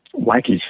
wacky